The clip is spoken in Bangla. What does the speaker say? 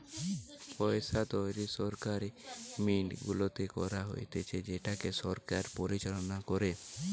পইসা তৈরী সরকারি মিন্ট গুলাতে করা হতিছে যেটাকে সরকার পরিচালনা করে